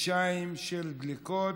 חודשיים של דלֵקות,